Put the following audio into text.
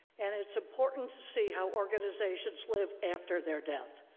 and it's important to see how organizations live after their death.